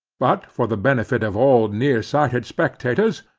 but for the benefit of all near-sighted spectators,